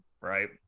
right